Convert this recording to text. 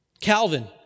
Calvin